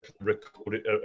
recorded